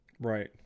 Right